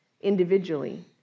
individually